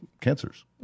cancers